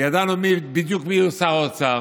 וידענו בדיוק מיהו שר האוצר